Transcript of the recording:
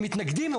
הם מתנגדים לו,